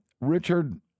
Richard